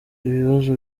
ibibazo